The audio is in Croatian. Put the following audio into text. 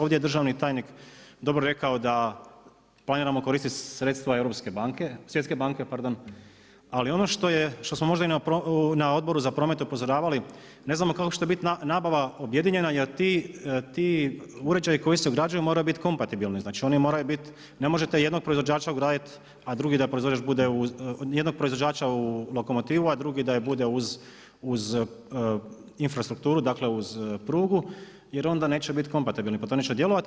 Ovdje je državni tajnik dobro rekao da planiramo koristiti sredstva europske banke, Svjetske banke pardon ali ono što smo možda i na Odboru za promet upozoravali, ne znamo kako će to biti nabava objedinjena jer ti uređaji koji se ugrađuju moraju biti kompatibilni, znači oni moraju biti ne možete jednog proizvođača ugraditi, a drugi proizvođač bude, jednog proizvođača u lokomotivu, a drugi da bude uz infrastrukturu dakle uz prugu jer onda neće biti kompatibilni pa to neće djelovati.